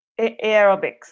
aerobics